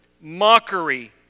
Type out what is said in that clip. mockery